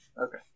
Okay